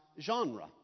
genre